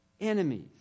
Enemies